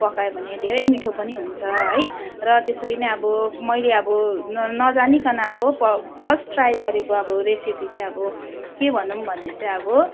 पकायो भने धेरै मिठो पनि हुन्छ है र त्यसरी नै अब मैले अब न नजानीकन अब प फर्स्ट ट्राई गरेको अब रेसिपी चाहिँ अब के भनौँ भने चाहिँ अब